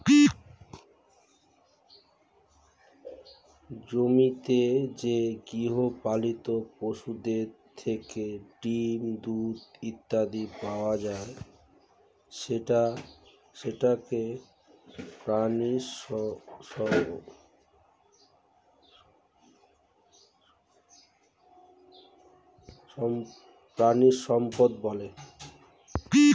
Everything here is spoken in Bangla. জমিতে যে গৃহপালিত পশুদের থেকে ডিম, দুধ ইত্যাদি পাওয়া যায় সেটাকে প্রাণিসম্পদ বলে